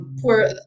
poor